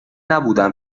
نبودم